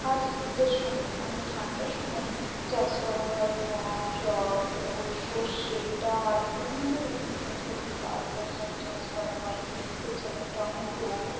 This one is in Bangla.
আর শীতের সময় মানে ঠান্ডার সময় চাষ করা হয় গম যব ওট সর্ষে ডাল বিভিন্ন রকম যত রকম ডাল হয় সব চাষ করা হয় এছাড়া টমেটো